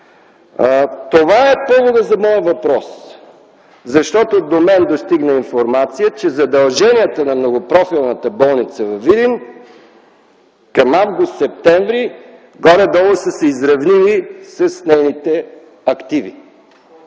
Това е поводът за моя въпрос, защото до мен достигна информация, че задълженията на многопрофилната болница във Видин към м. август-септември горе-долу са се изравнили с нейните активи,